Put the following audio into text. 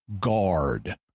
guard